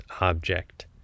object